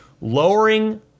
lowering